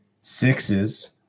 sixes